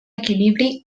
equilibri